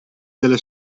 delle